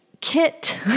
Kit